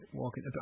walking